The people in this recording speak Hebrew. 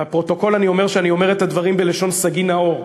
ולפרוטוקול אני אומר שאני אומר את הדברים בלשון סגי נהור: